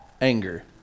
anger